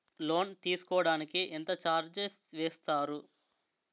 Loan తీసుకోడానికి ఎంత charges వేస్తారు?